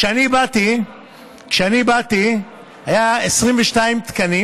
כשאני באתי היו 22 תקנים